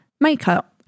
makeup